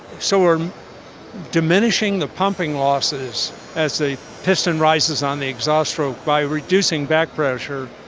so we're diminishing the pumping losses as the piston rises on the exhaust stroke by reducing back pressure,